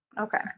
Okay